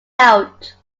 out